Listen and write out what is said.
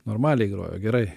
normaliai grojo gerai